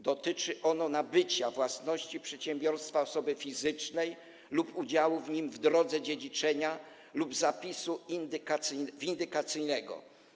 Dotyczy ono nabycia własności przedsiębiorstwa osoby fizycznej lub udziału w nim w drodze dziedziczenia lub zapisu windykacyjnego.